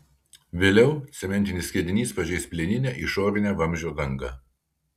vėliau cementinis skiedinys pažeis plieninę išorinę vamzdžio dangą